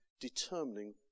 determining